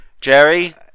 Jerry